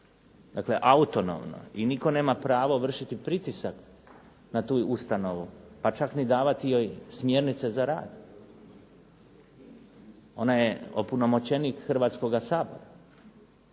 dakle autonomno i nitko nema prava vršiti pritisak na tu ustanovu, pa čak ni davati joj smjernice za rad. Ona je opunomoćenih Hrvatskoga sabora.